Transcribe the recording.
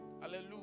Hallelujah